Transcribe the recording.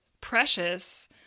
precious